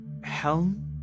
helm